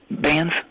bands